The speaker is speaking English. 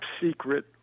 secret